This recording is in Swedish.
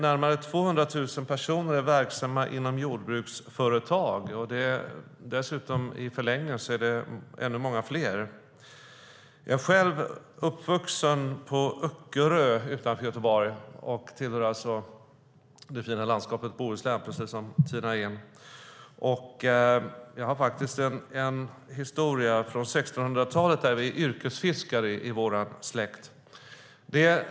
Närmare 200 000 personer är verksamma inom jordbruksföretag, och i förlängningen är det många fler. Jag är själv uppvuxen på Öckerö utanför Göteborg som tillhör det fina landskapet Bohuslän, i vilket även Tina Ehn bor. Vår släkt har en historia från 1600-talet som yrkesfiskare.